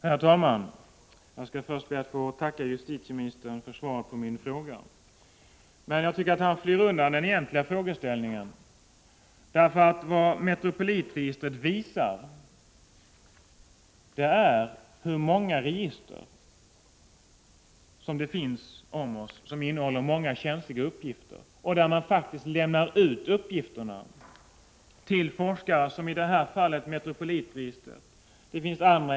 Herr talman! Jag skall först be att få tacka justitieministern för svaret på min fråga. Jag tycker dock att justitieministern flyr undan den egentliga frågeställningen. Vad Metropolitprojektet visar är hur många register det finns om oss som innehåller många känsliga uppgifter och varifrån man faktiskt lämnar ut uppgifterna till forskare. I det här fallet gällde det Metropolitregistret, men det finns andra.